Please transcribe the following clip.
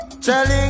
Telling